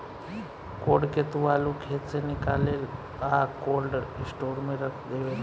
code के तू आलू खेत से निकालेलऽ आ कोल्ड स्टोर में रख डेवेलऽ